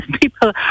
people